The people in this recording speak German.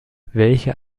welche